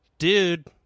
Dude